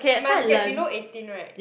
must get below eighteen [right]